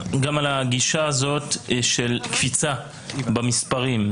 גם על הגישה הזאת של קפיצה במספרים,